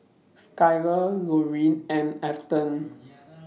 Skyler Lorine and Afton